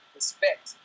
respect